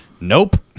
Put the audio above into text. nope